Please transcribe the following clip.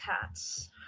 cats